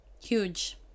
Huge